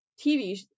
TV